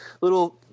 little